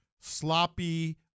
sloppy